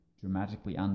dramatically